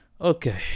okay